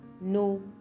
no